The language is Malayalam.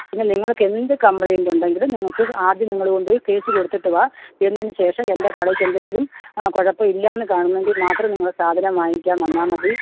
പിന്നെ നിങ്ങൾക്ക് എന്ത് കമ്പ്ലൈൻറ്റ് ഉണ്ടെങ്കിലും നിങ്ങൾക്ക് ആദ്യം നിങ്ങൾ കൊണ്ടുപോയി കേസ് കൊടുത്തിട്ട് വാ എന്നതിനു ശേഷം എൻ്റെ കടയ്ക്ക് എന്തെങ്കിലും ആ കുഴപ്പം ഇല്ലാ എന്ന് കാണുന്നെങ്കിൽ മാത്രം നിങ്ങൾ സാധനം വാങ്ങിക്കാൻ വന്നാൽ മതി